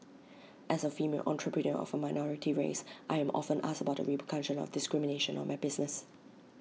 as A female entrepreneur of A minority race I am often asked about the repercussion of discrimination on my business